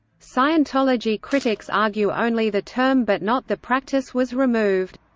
scientology critics argue only the term but not the practice was removed.